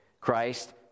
Christ